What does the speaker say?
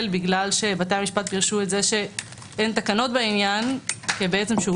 מכיוון שבתי המשפט פירשו שמכיוון שאין תקנות בעניין לא